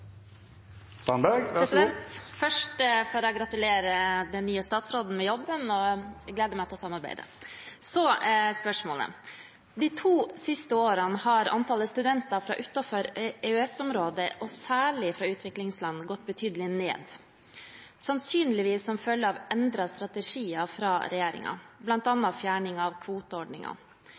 Først får jeg gratulere den nye statsråden med jobben. Jeg gleder meg til samarbeidet. Så til spørsmålet: «De to siste årene har antallet studenter utenfor EØS-området, især fra utviklingsland, gått betydelig ned, sannsynligvis som følge av endrede strategier fra regjeringen, blant annet fjerning av